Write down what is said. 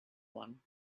one